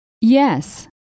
Yes